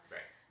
Right